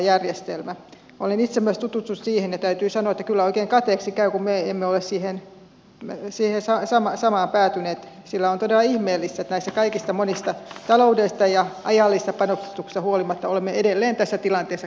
olen itse myös tutustunut siihen ja täytyy sanoa että kyllä oikein kateeksi käy kun me emme ole siihen samaan päätyneet sillä on todella ihmeellistä että näistä kaikista monista taloudellisista ja ajallisista panostuksista huolimatta olemme edelleen tässä tilanteessa keskustelemassa asiasta täällä